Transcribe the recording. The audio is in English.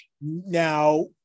Now